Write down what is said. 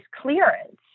clearance